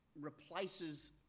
replaces